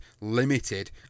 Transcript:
limited